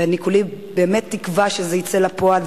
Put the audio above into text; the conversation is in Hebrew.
ואני כולי באמת תקווה שזה יצא לפועל,